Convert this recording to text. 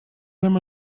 them